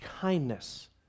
kindness